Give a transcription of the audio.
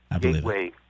gateway